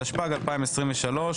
התשפ"ג-2023 (מ/1596)